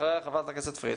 אחריה חברת הכנסת פרידמן.